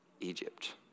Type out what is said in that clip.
Egypt